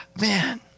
man